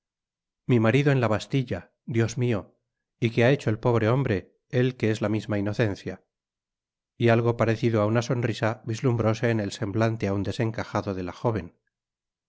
mi marido en la bastilla dios mio y qué ha hecho el pobre hombre él que es la misma inocencia y algo parecido á una sonrisa vislumbrose en el semblante aun desencajado de la jóven